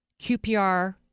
QPR